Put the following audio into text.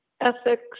ethics